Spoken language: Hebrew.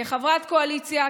כחברת קואליציה,